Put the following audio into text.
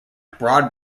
broad